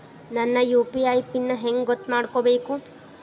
ನನ್ನ UPI PIN ಹೆಂಗ್ ಗೊತ್ತ ಮಾಡ್ಕೋಬೇಕು?